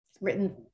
written